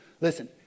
listen